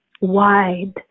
wide